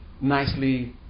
nicely